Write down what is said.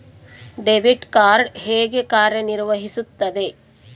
Debit card ಹೇಗೆ ಕಾರ್ಯನಿರ್ವಹಿಸುತ್ತದೆ?